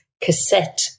cassette